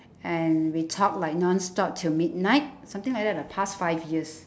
and we talk like nonstop till midnight something like that the past five years